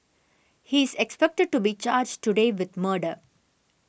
he is expected to be charged today with murder